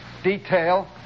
detail